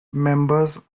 members